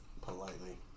Politely